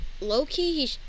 low-key